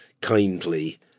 kindly